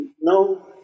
no